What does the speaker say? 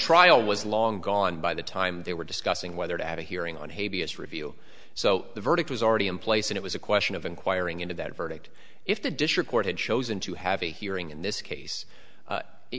trial was long gone by the time they were discussing whether to have a hearing on hay vs review so the verdict was already in place and it was a question of inquiring into that verdict if the district court had chosen to have a hearing in this case